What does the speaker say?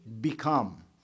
become